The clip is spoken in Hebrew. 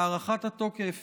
הארכת התוקף